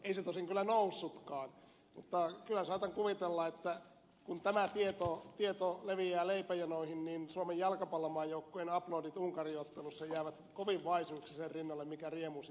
ei se tosin kyllä noussutkaan mutta kyllä saatan kuvitella että kun tämä tieto leviää leipäjonoihin niin suomen jalkapallomaajoukkueen aplodit unkari ottelussa jäävät kovin vaisuiksi sen rinnalla mikä riemu sieltä nousee